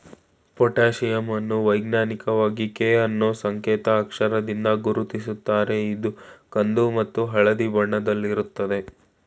potassium ಅನ್ನು ವೈಜ್ಞಾನಿಕವಾಗಿ K ಅನ್ನೂ ಸಂಕೇತ್ ಅಕ್ಷರದಿಂದ ಗುರುತಿಸುತ್ತಾರೆ ಇದು ಕಂದು ಮತ್ತು ಹಳದಿ ಬಣ್ಣದಲ್ಲಿರುತ್ತದೆ